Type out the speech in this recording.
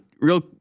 real